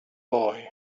boy